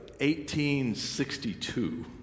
1862